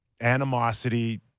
animosity